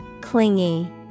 Clingy